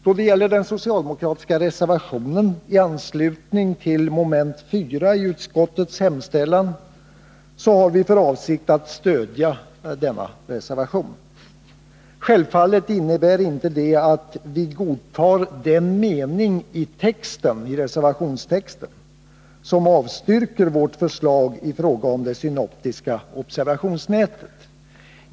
Då det gäller mom. 4 i utskottets hemställan har vi för avsikt att stödja den socialdemokratiska reservationen i anslutning till detta moment. Självfallet innebär inte detta att vi godtar den mening i reservationstexten som avstyrker vårt förslag i fråga om det synoptiska observa 61 tionsnätet.